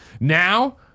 now